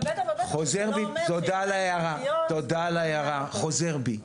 ובטח ובטח זה לא אומר --- תודה על ההערה חוזר בי,